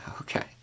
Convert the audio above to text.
Okay